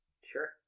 Sure